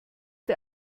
der